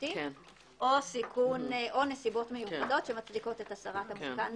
בטיחותי או נסיבות מיוחדות שמצדיקות את הסרת המתקן.